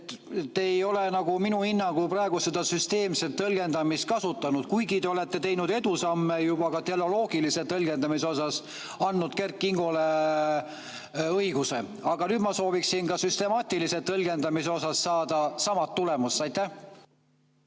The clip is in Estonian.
Te ei ole minu hinnangul praegu seda süsteemset tõlgendamist kasutanud, kuigi olete teinud edusamme teleoloogilise tõlgendamise suunas, andnud Kert Kingole õiguse. Aga nüüd ma sooviksin ka süstemaatilise tõlgendamise osas saada sama tulemust. Aitäh!